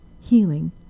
healing